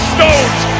Stones